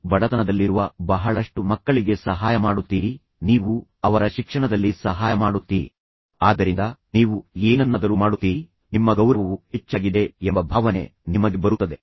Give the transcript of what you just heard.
ತದನಂತರ ಮುಂದಿನ ಹಾನಿಕಾರಕ ಪದವು ನೀವು ನನ್ನನ್ನು ದ್ವೇಷಿಸುತ್ತೀರಿ ಎಂದು ಹೇಳುತ್ತದೆ ದ್ವೇಷ ಮತ್ತೆ ಮತ್ತೊಂದು ಸ್ವಾಧೀನ ಭಾವನಾತ್ಮಕವಾಗಿ ತುಂಬಿದ ಮತ್ತೊಂದು ಪದ